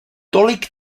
tolik